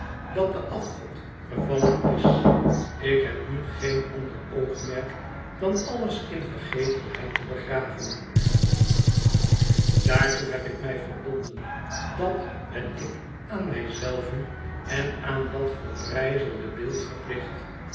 dat de afgod gevallen is ik heb nu geen ander oogmerk dan alles in vergetelheid te begraven daartoe heb ik mij verbonden dat ben ik aan mij zelven en aan dat verbrijzelde beeld verplicht